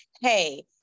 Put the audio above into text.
hey